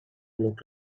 look